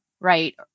Right